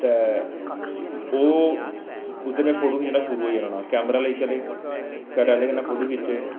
ते ओह् उद्धर में फोटो खिच्चना शुरू होई जन्ना कैमरा लेई चले घरै आह्लें कन्नै फोटो खिच्चे